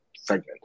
segment